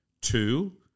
Two